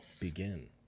begin